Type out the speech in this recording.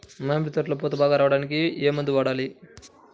మామిడి తోటలో పూత బాగా రావడానికి ఏ మందు వాడాలి?